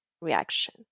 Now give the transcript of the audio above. reaction